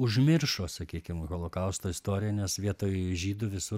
užmiršo sakykim holokausto istoriją nes vietoj žydų visur